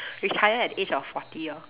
retire at the age of forty lor